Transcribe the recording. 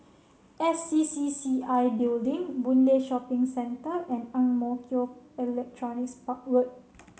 S C C C I Building Boon Lay Shopping Centre and Ang Mo Kio Electronics Park Road